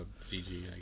CG